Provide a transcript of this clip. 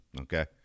okay